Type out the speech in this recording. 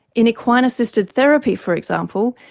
in equine assisted therapy, for example,